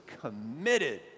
committed